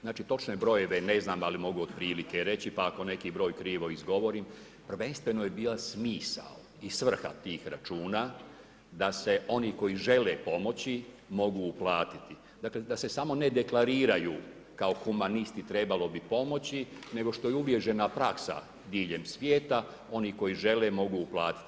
Znači točne brojeve ne znam, ali mogu otprilike reći, pa ako neki broj krivo izgovorim, prvenstveno je bila smisao i svrha tih računa da se oni koji žele pomoći mogu uplatiti, dakle da se samo ne deklariraju kao humanisti trebalo bi pomoći, nego što je uvriježena praksa diljem svijeta oni koji žele mogu uplatiti.